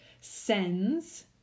sends